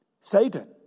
Satan